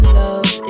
love